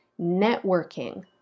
networking